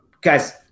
guys